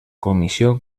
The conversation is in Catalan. comissió